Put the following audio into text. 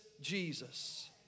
Jesus